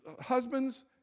Husbands